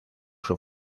sus